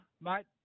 mate